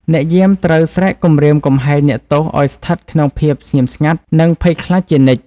អ្នកយាមត្រូវស្រែកគំរាមកំហែងអ្នកទោសឱ្យស្ថិតក្នុងភាពស្ងៀមស្ងាត់ និងភ័យខ្លាចជានិច្ច។